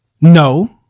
no